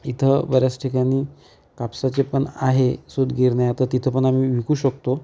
इथं बऱ्याच ठिकाणी कापसाचेपण आहे सूतगिरण्या आहे तर तिथे पण आम्ही विकू शकतो